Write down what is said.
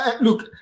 look